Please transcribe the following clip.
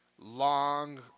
long